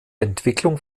entwicklung